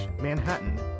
manhattan